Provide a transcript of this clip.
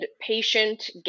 patient